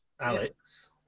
Alex